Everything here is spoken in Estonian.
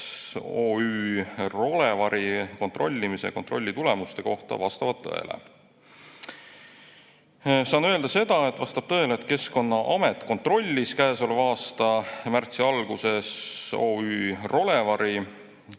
OÜ Rolevari kontrollimise ja kontrolli tulemuste kohta vastavad tõele?" Saan öelda seda: vastab tõele, et Keskkonnaamet kontrollis käesoleva aasta märtsi alguses OÜ Rolevari.